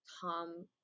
Tom